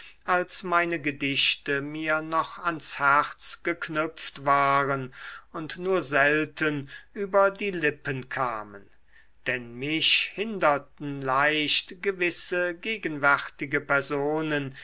als meine gedichte mir noch ans herz geknüpft waren und nur selten über die lippen kamen denn mich hinderten leicht gewisse gegenwärtige personen